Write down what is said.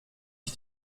ich